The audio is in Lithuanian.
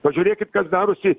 pažiūrėkit kas darosi